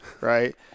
Right